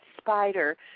spider